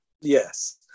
Yes